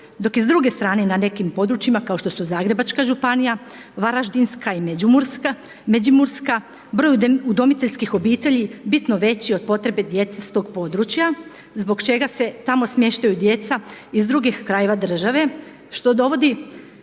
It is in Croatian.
dok je s druge strane na nekim područjima kao što su Zagrebačka županija, Varaždinska i Međimurska broj udomiteljskih obitelji bitno je veći od potrebe djece s tog područja zbog čega se tamo smještaju djeca iz drugih krajeva države što dovodi